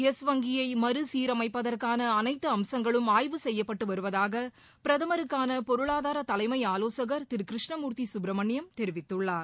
பெஸ் வங்கியை மறசீரமைப்பதற்கான அனைத்து அம்சங்களும் ஆய்வு செய்யப்பட்டு வருவதாக பிரதமருக்கான பொருளாதார தலைமை ஆலோசகர் திரு கிருஷ்ணமுர்த்தி சுப்ரமணியம் தெரிவித்துள்ளார்